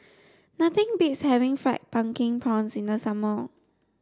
nothing beats having fried pumpkin prawns in the summer